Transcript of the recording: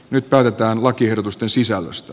nyt päätetään lakiehdotuksen sisällöstä